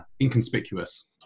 inconspicuous